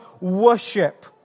worship